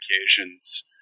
occasions